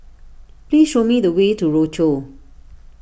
please show me the way to Rochor